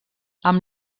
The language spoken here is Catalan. amb